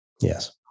Yes